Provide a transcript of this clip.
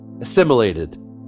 assimilated